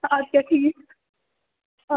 آد کیٛاہ ٹھیٖک